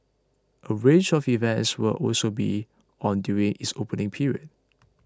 a range of events will also be on during its opening period